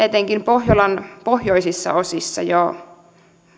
etenkin pohjolan pohjoisissa osissa jo